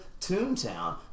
Toontown